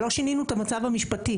ולא שינינו את המצב המשפטי.